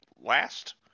last